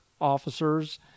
officers